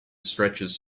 stretches